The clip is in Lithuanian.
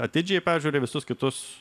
atidžiai peržiūri visus kitus